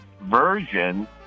version